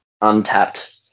untapped